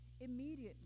Immediately